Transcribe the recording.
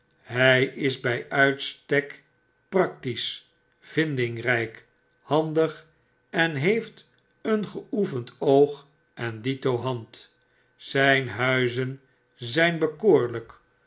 hij plachttezeggen hijis bijuitstekpractisch vindingrijk handig en heeft een geoefend oog en dito hand zijn huizen zijn bekoorlijk